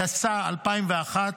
התשס"א 2001,